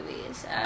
movies